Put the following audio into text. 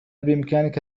بإمكانك